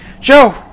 Joe